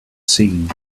seen